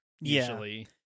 usually